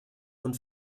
und